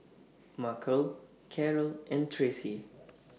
Markell Karol and Tracy